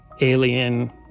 alien